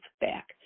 back